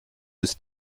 ist